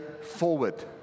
forward